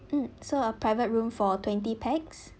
mm so a private room for twenty pax